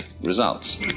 results